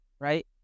right